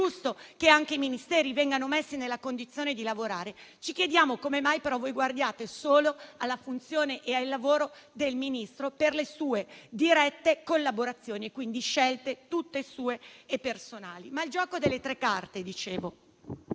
giusto che anche i Ministeri vengano messi nella condizione di lavorare, ci chiediamo come mai voi guardiate solo alla funzione e al lavoro del Ministro per le sue dirette collaborazioni, quindi scelte tutte sue e personali. Dicevo del gioco delle tre carte, che